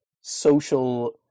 social